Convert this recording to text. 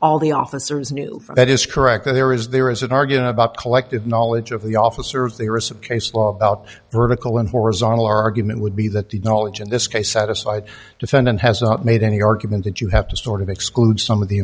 all the officers knew that is correct that there is there is an argument about collective knowledge of the officer of the recent case law about vertical and horizontal argument would be that the knowledge in this case satisfied defendant has not made any argument that you have to sort of exclude some of the